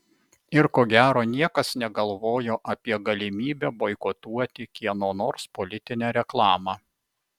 ir ko gero niekas negalvojo apie galimybę boikotuoti kieno nors politinę reklamą